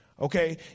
okay